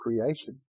creation